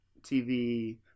TV